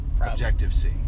Objective-C